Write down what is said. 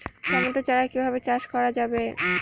Tomato চারা কিভাবে চাষ করা যাবে?